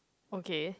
okay